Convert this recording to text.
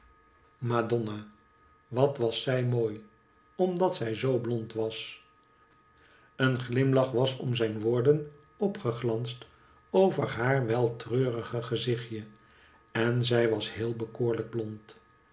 madonna wat was zij mooi omdat zij zoo blond was een glimlach was om zijn woorden opgeglansd over haar wel treurig gezichtje en zij was heel bekoorlijk blond